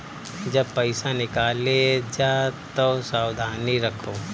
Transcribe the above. जब पईसा निकाले जा तअ सावधानी रखअ